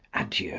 adieu,